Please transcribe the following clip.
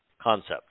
concept